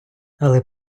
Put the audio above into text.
але